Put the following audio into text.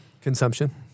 consumption